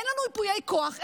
אין לנו ייפויי כוח,